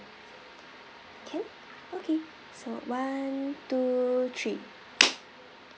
can okay so one two three